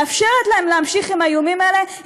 מאפשרת להם להמשיך עם האיומים האלה.